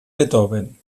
beethoven